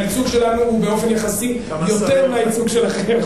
הייצוג שלנו הוא באופן יחסי יותר מהייצוג שלכם,